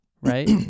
right